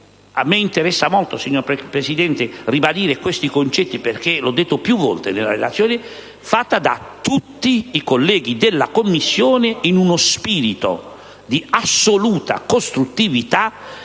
A me interessa molto, signor Presidente, ribadire questi concetti: come ho detto più volte nella relazione, la manovra è stata affrontata da tutti i colleghi della Commissione in uno spirito di assoluta costruttività